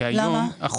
כי היום,